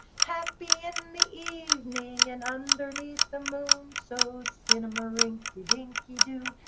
happy in the evening, and underneath the moon. so skinnamarink-a-dinky-doo.